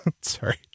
sorry